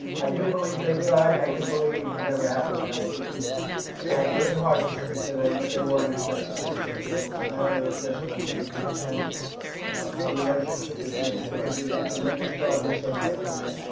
i do believe they tried. i do believe it never happened. i think we tried very hard to speak to them, but they weren't interested in speaking. but now they're interested in speaking, and the relationship is very good. i think we've made tremendous progress on north korea.